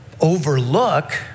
overlook